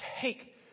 take